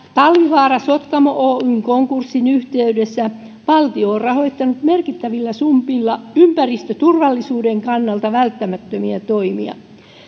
talvivaara sotkamo oyn konkurssin yhteydessä valtio on rahoittanut merkittävillä summilla ympäristöturvallisuuden kannalta välttämättömiä toimia